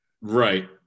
Right